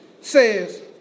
says